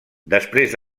després